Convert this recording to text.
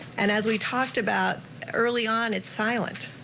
and as we talked about early on, it's silent.